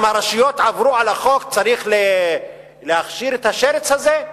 אם הרשויות עברו על החוק צריך להכשיר את השרץ הזה?